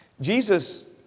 Jesus